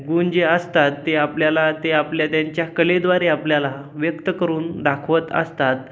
गुण जे असतात ते आपल्याला ते आपल्या त्यांच्या कलेद्वारे आपल्याला व्यक्त करून दाखवत असतात